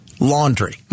Laundry